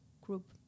group